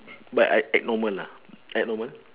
but I act normal lah act normal